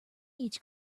each